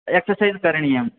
exercise करणीयम्